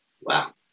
wow